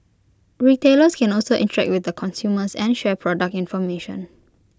retailers can also interact with the consumers and share product information